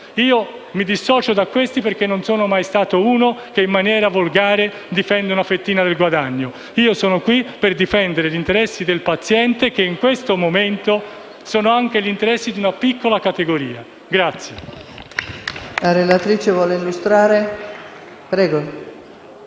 mi dissocio perché non sono mai stato uno che in maniera volgare difende una fettina del proprio guadagno. Sono qui per difendere gli interessi del paziente, che in questo momento sono anche gli interessi di una piccola categoria.